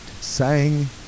sang